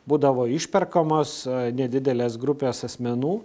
būdavo išperkamos nedidelės grupės asmenų